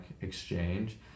exchange